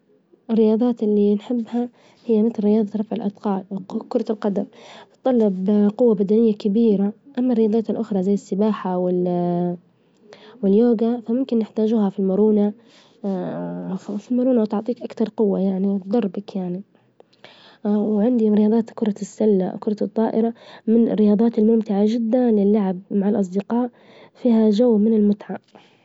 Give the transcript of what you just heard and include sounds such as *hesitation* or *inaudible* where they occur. الرياظات إللي نحبها هي مثل رياظة رفع الأثقال- كرة القدم تتطلب قوة بدنية كبيرة، أما الرياظات الأخرى زي السباحة وال *hesitation* واليوجا فممكن نحتاجوها في المرونة *hesitation* في المرونة وتعطيك أكثر قوة يعني ظربك يعني، عندك من الريظات كرة السلة، كرة الطائرة، من الرياظات الممتعة جدا للعب مع الاصدقاء، فيها جو من المتعة.